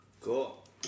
Cool